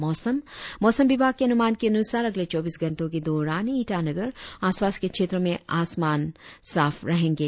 और अब मोसम मौसम विभाग के अनुमान के अनुसार अगले चौबीस घंटो के दौरान ईटानगर और आसपास के क्षेत्रो में आसमान साफ रहेंगे